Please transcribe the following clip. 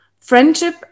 Friendship